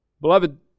Beloved